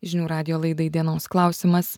žinių radijo laidai dienos klausimas